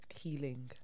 healing